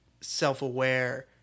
self-aware